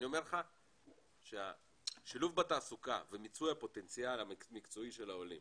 אני אומר לך ששילוב בתעסוקה ומיצוי הפוטנציאל המקצועי של העולים